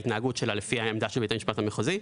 ההתנהגות שלה לפי העמדה של בית המשפט המחוזי.